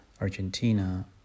Argentina